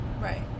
right